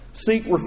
Seek